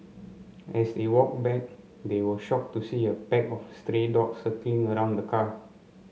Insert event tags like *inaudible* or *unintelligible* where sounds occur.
as they walked back they were shocked to see a pack of *unintelligible* dogs circling around the car